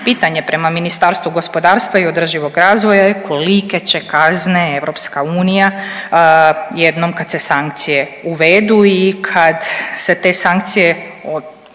Pitanje prema Ministarstvu gospodarstva i održivog razvoja je kolike će kazne EU jednom kad se sankcije uvedu i kad se te sankcije o